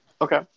Okay